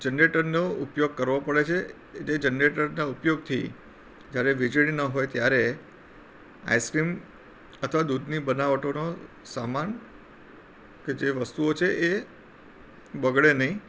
જનરેટરનો ઉપયોગ કરવો પડે છે એ જનરેટરના ઉપયોગથી જ્યારે વીજળી ન હોય ત્યારે આઈસક્રીમ અથવા દૂધની બનાવટોનો સામાન કે જે વસ્તુઓ છે એ બગડે નહીં